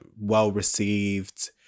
well-received